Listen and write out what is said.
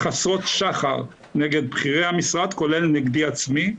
חסרות שחר נגד בכירי המשרד, כולל נגדי עצמי,